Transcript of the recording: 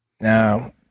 Now